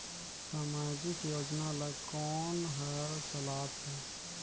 समाजिक योजना ला कोन हर चलाथ हे?